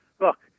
look